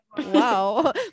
Wow